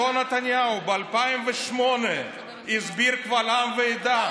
אותו נתניהו, ב-2008 הסביר קבל עם ועדה,